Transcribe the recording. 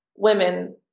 women